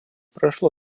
прошло